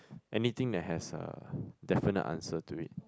anything that has a definite answer to it